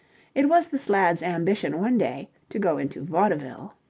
it was this lad's ambition one day to go into vaudeville.